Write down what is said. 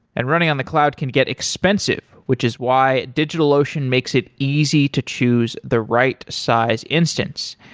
and running on the cloud can get expensive, which is why digitalocean makes it easy to choose the right size instance.